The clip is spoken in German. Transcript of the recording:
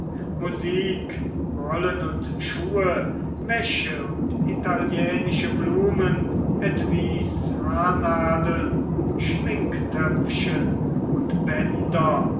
versteckt musikrollen und schuhe wäsche und italienische blumen etuis haarnadeln schminktöpfchen und bänder